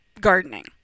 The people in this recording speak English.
gardening